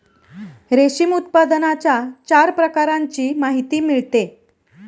रेशीम उत्पादनाच्या चार प्रकारांची माहिती मिळते